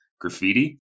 graffiti